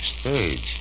stage